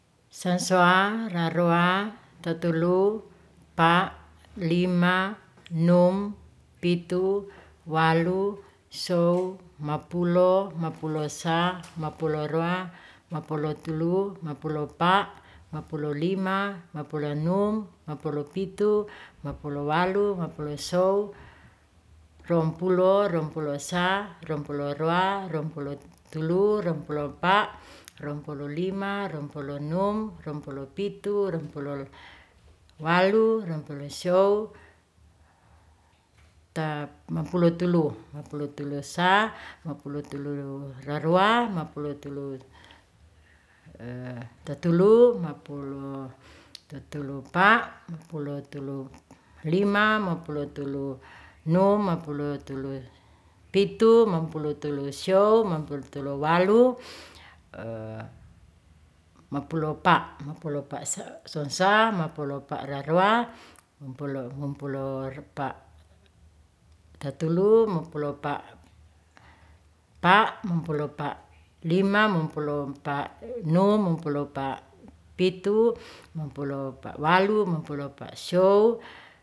Sasoa, raroa, tatelu, pa', lima, num, pitu, walu, sou, mapulo, mapulo sa, mapulo roa, mapulo telu, mapulo pa', mapulo lima, mapulo num, mapulo pitu, mapulo walu, mapulo sou, rompulo, rompulo sa, rompulo roa, rompulo telu, rompulo pa', rompulo lima, rompulo num, rompulo pitu, rompulo walu, rompulo sou, mapulo tulu'u, mapulo tulu'u sa, mapulo tulu'u raroa, mapulo tulu'u tatelu, mapulo tulu'u pa', mapulo tulu'u lima, mapulo tulu'u num, mapulo tulu'u pitu, mapulo tulu'u walu, mapulo tulu'u sou, mapulo pa', mapulo pa' son sa, mapulo pa' raroa, mapulo pa' tatelu, mapulo pa' pa', mapulo pa' lima, mapulo pa' num, mapulo pa' pitu, mapulo pa' walu, mapulo pa' sou.